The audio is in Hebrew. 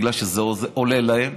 כי זה עולה להם,